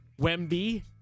Wemby